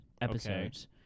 episodes